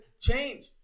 change